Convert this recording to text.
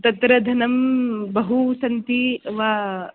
तत्र धनं बहू सन्ती वा